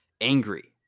angry